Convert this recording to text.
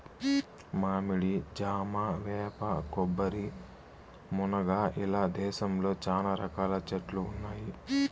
మామిడి, జామ, వేప, కొబ్బరి, మునగ ఇలా దేశంలో చానా రకాల చెట్లు ఉన్నాయి